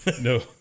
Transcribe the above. No